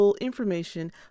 information